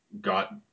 got